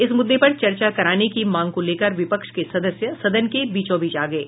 इस मुद्दे पर चर्चा कराने की मांग को लेकर विपक्ष के सदस्य सदन के बीचो बीच आ गये